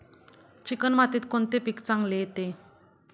Chicken मातीत कोणते पीक चांगले येते?